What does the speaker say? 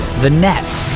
the net,